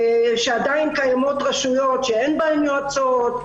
עדיין קיימות רשויות שאין בהן יועצות,